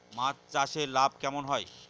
মাছ চাষে লাভ কেমন হয়?